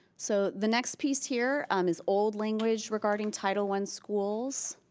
so the next piece here um is old language regarding title one schools.